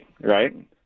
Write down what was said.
right